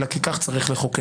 אלא כי כך צריך לחוקק.